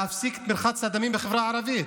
להפסיק את מרחץ הדמים בחברה הערבית.